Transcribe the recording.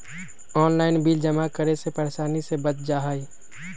Online bill जमा करे से परेशानी से बच जाहई?